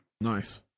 Nice